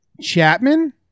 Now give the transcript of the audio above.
Chapman